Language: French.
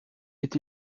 est